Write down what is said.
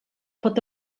pot